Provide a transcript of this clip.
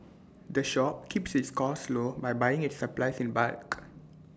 the shop keeps its costs low by buying its supplies in bulk